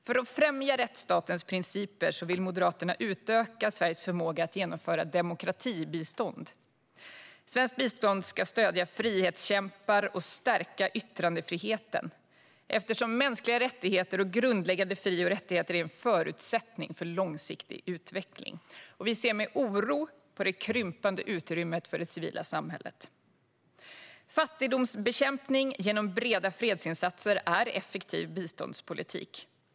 För att främja rättsstatens principer vill Moderaterna utöka Sveriges förmåga att genomföra demokratibistånd. Svenskt bistånd ska stödja frihetskämpar och stärka yttrandefriheten eftersom mänskliga rättigheter och grundläggande fri och rättigheter är en förutsättning för långsiktig utveckling. Vi ser med oro på det krympande utrymmet för det civila samhället. Fattigdomsbekämpning genom breda fredsinsatser är effektiv biståndspolitik.